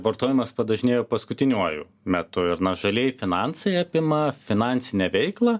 vartojimas padažnėjo paskutiniuoju metu ir na žalieji finansai apima finansinę veiklą